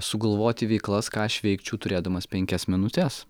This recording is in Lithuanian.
sugalvoti veiklas ką aš veikčiau turėdamas penkias minutes